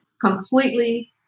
completely